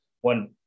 one